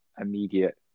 immediate